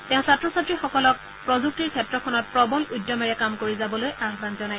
তেওঁ ছাত্ৰ ছাত্ৰীসকলক প্ৰযুক্তিৰ ক্ষেত্ৰখনত প্ৰবল উদ্যমেৰে কাম কৰি যাবলৈ আহ্বান জনায়